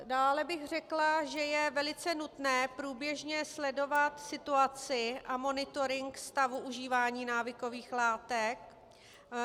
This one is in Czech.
Dále bych řekla, že je také velice nutné průběžně sledovat situaci a monitoring stavu užívání návykových látek.